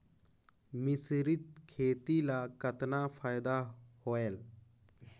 मिश्रीत खेती ल कतना फायदा होयल?